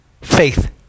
Faith